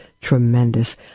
tremendous